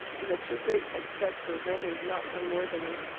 and the two great sextettes were rendered not unworthily.